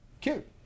cute